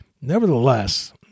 Nevertheless